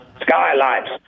Skylights